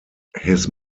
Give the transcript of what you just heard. his